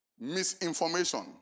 misinformation